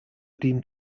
deemed